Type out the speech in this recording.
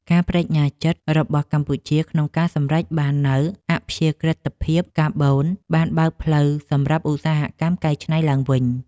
ការប្តេជ្ញាចិត្តរបស់កម្ពុជាក្នុងការសម្រេចបាននូវអព្យាក្រឹតភាពកាបូនបានបើកផ្លូវសម្រាប់ឧស្សាហកម្មកែច្នៃឡើងវិញ។